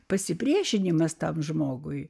pasipriešinimas tam žmogui